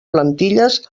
plantilles